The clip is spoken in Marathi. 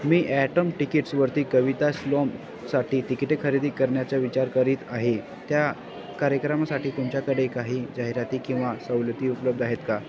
मी ॲटम टिकिट्सवरती कविता स्लोमसाठी तिकिटे खरेदी करण्याचा विचार करीत आहे त्या कार्यक्रमासाठी तुमच्याकडे काही जाहिराती किंवा सवलती उपलब्ध आहेत का